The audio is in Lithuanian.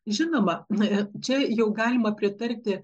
žinoma na čia jau galima pritarti